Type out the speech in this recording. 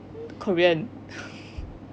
korean